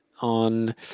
on